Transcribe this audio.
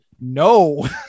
no